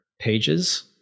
pages